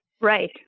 Right